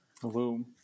Hello